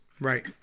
Right